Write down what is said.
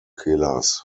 killers